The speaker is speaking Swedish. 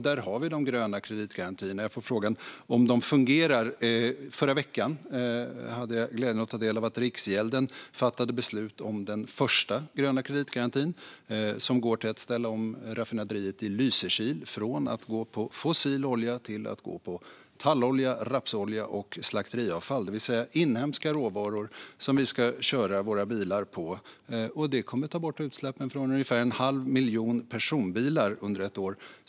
Där finns de gröna kreditgarantierna, och frågan var om de fungerar. I förra veckan hade jag glädjen att ta del av att Riksgälden fattade beslut om den första gröna kreditgarantin som går till att ställa om raffinaderiet i Lysekil från att gå på fossil olja till att gå på tallolja, rapsolja och slakteriavfall, det vill säga inhemska råvaror som vi ska köra våra bilar på. Det kommer att ta bort utsläppen från ungefär en halv miljon personbilar under ett år.